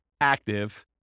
active